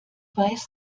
weiß